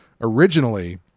originally